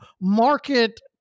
market